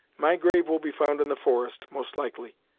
my grave will be found in the forest, most likely,